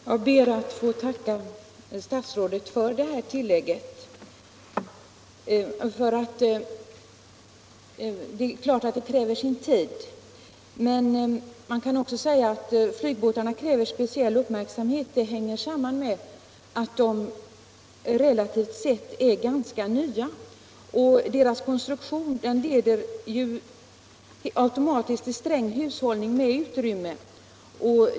Herr talman! Jag ber att få tacka statsrådet för det här tillägget. Naturligtvis kräver ett sådant här arbete sin tid, men man kan också säga att flygbåtarna kräver speciell uppmärksamhet. Det hänger samman med att de relativt sett är ganska nya, och deras konstruktion leder automatiskt till sträng hushållning med utrymme.